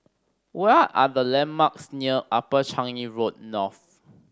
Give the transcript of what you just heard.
what are the landmarks near Upper Changi Road North